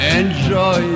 enjoy